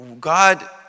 God